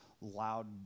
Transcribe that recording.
loud